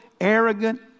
arrogant